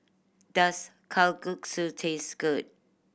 does Kalguksu taste good